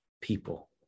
people